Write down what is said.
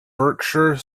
berkshire